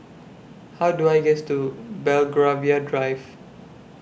How Do I get to Belgravia Drive